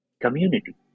community